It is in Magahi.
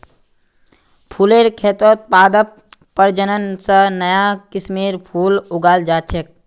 फुलेर खेतत पादप प्रजनन स नया किस्मेर फूल उगाल जा छेक